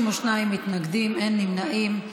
32 מתנגדים, אין נמנעים.